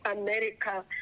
America